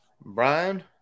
Brian